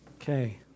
Okay